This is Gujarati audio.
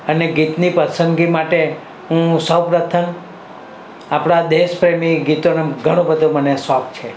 અને ગીતની પસંદગી માટે હું સૌપ્રથમ આપણાં દેશપ્રેમી ગીતોનો ઘણો બધો મને શોખ છે